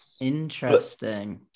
Interesting